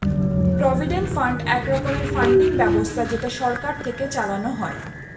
provident fund এক রকমের funding ব্যবস্থা যেটা সরকার থেকে চালানো হয়